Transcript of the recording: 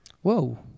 Whoa